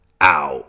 out